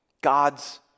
God's